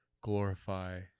glorify